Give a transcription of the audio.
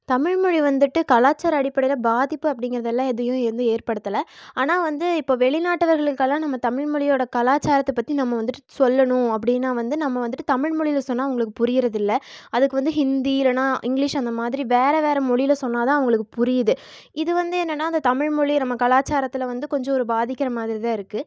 தமிழ்மொழி வந்துவிட்டு கலாச்சார அடிப்படையில் பாதிப்பு அப்படிங்குறதுயெல்லாம் எதையும் வந்து ஏற்படுத்துல ஆனால் வந்து இப்போ வெளிநாட்டவர்க்கெல்லாம் நம்ம தமிழ்மொழியோட கலாச்சாரத்தை பற்றி நம்ப வந்துவிட்டு சொல்லணும் அப்படின்னா வந்து நம்ம வந்துவிட்டு தமிழ்மொழியில சொன்ன அவங்களுக்கு புரியிறது இல்லை அதுக்கு வந்து ஹிந்தி இல்லைனா இங்கிலிஷ் அந்தமாதிரி வேறு வேறு மொழியில சொன்னால்தான் அவங்களுக்கு புரியுது இது வந்து என்னென்னா அந்த தமிழ் மொழி நம்ப கலாசாரத்தில் வந்து கொஞ்சம் ஒரு பாதிக்கிற மாதிரி தான் இருக்கு